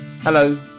Hello